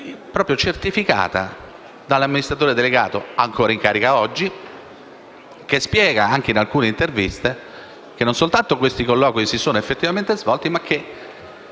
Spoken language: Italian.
- viene certificata dall'amministratore delegato, ancora oggi in carica, che spiega, anche in alcune interviste, che non soltanto questi colloqui si sono effettivamente svolti, ma che